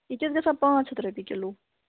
یہِ کیٛاہ حظ گَژھان پانٛژھ ہتھ رۄپیہِ کِلوٗ